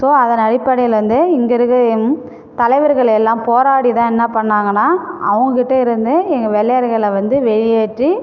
so அதன் அடிப்படையில் வந்து இங்கே இருக்கிற எம் தலைவர்களை எல்லாம் போராடி தான் என்ன பண்ணாங்கன்னால் அவங்ககிட்ட இருந்து எங்கே வெள்ளையர்களை வந்து வெளியேற்றி